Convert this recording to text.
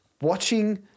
watching